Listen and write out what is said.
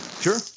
Sure